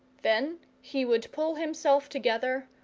then he would pull himself together,